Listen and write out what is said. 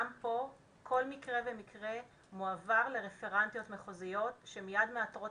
כל מקרה ומקרה מועבר לרפרנטיות מחוזיות שמיד מאתרות